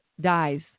dies